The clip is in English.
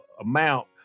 amount